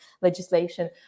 legislation